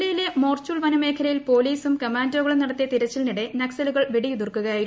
ജില്ലയിലെ മോർച്ചുൾ വനമേഖലയിൽ പോലീസും കമാൻഡോകളും നടത്തിയ തിരച്ചിലിനിടെ നക്സലുകൾ വെടിയുതിർക്കുകയായിരുന്നു